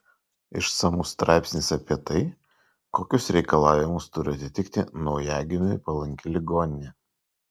išsamus straipsnis apie tai kokius reikalavimus turi atitikti naujagimiui palanki ligoninė